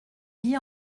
vies